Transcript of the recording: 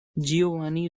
giovanni